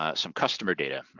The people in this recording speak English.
ah some customer data,